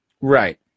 Right